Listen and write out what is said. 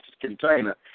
container